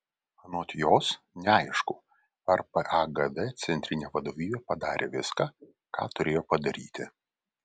anot jos neaišku ar pagd centrinė vadovybė padarė viską ką turėjo padaryti